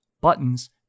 buttons